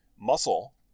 muscle